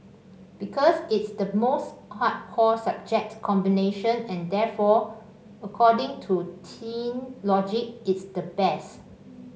because it's the most hardcore subject combination and therefore according to teen logic it's the best